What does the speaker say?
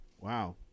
Wow